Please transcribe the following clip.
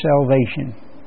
salvation